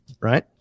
Right